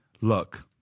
look